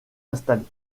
installée